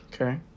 Okay